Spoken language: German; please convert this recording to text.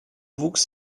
wuchs